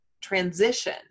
transition